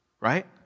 right